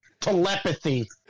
telepathy